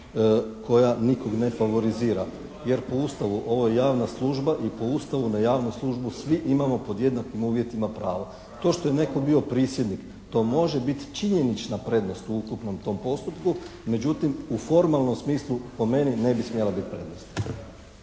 koja nikog ne favorizira, jer po Ustavu ovo je javna služba i po Ustavu na javnu službu svi imamo pod jednakim uvjetima pravo. To što je netko bio prisjednik, to može biti činjenična prednost u ukupnom tom postupku, međutim u formalnom smislu po meni ne bi smjela biti prednost.